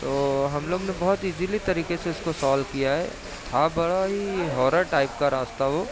تو ہم لوگ نے بہت ایزیلی طریقے سے اس کو سولو کیا ہے تھا بڑا ہی ہارر ٹائپ کا راستہ وہ